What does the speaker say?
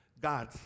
God